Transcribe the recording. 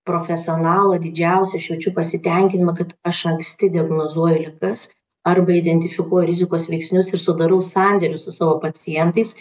profesionalo didžiausią aš jaučiu pasitenkinimą kad aš anksti diagnozuoju ligas arba identifikuoju rizikos veiksnius ir sudarau sandėrius su savo pacientais